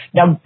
Now